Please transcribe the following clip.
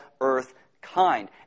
earthkind